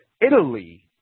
Italy